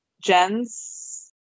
Jen's